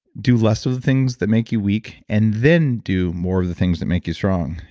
do less of the things that make you weak and then do more of the things that make you strong.